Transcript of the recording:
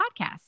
podcast